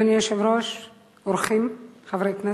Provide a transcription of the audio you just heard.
אדוני היושב-ראש, אורחים, חברי כנסת,